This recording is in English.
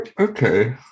Okay